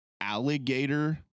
alligator